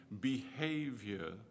behavior